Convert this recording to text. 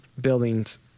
buildings